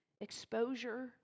exposure